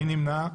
מי נמנע?